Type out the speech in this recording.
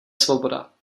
svoboda